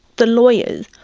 the lawyers?